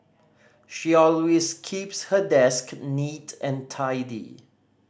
she always keeps her desk neat and tidy